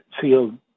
field